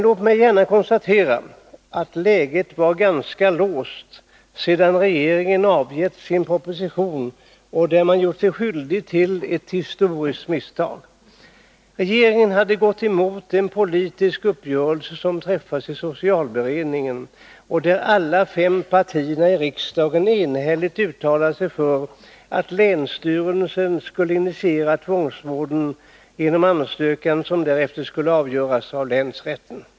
Låt mig konstatera att läget var ganska låst sedan regeringen avgivit sin proposition, där man gjorde sig skyldig till ett historiskt misstag: regeringen hade gått emot den politiska uppgörelse som träffats i socialberedningen. Alla fem partierna i riksdagen hade enhälligt uttalat sig för att länsstyrelsen skulle initiera tvångsvården genom en ansökan, som därefter skulle avgöras äv länsrätten.